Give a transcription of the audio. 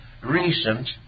recent